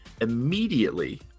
immediately